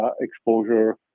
exposure